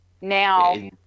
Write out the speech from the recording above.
now